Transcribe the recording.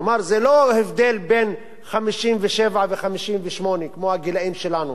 כלומר, זה לא הבדל, בין 57 ו-58, כמו הגילים שלנו.